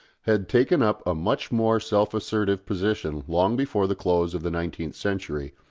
had taken up a much more self-assertive position long before the close of the nineteenth century,